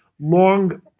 long